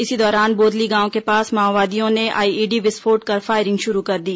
इसी दौरान बोदली गांव के पास माओवादियों ने आईईडी विस्फोट कर फायरिंग शुरू कर दी